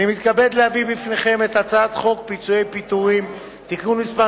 אני מתכבד להביא לפניכם את הצעת חוק פיצויי פיטורים (תיקון מס'